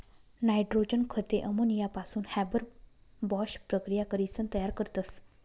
nitrogen खते अमोनियापासून Haber Bosch प्रकिया करीसन तयार करतस